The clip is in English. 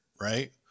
right